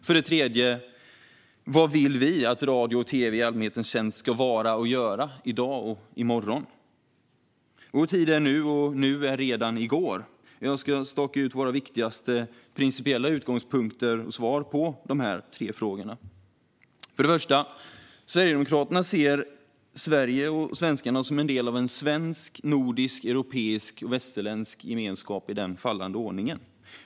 För det tredje: Vad vill vi att radio och tv i allmänhetens tjänst ska vara och göra i dag och i morgon? Vår tid är nu, och nu är redan i går. Jag ska staka ut våra viktigaste principiella utgångspunkter och svar på de tre frågorna. För det första: Sverigedemokraterna ser Sverige och svenskarna som en del av en svensk, nordisk, europeisk och västerländsk gemenskap - i den fallande ordningen.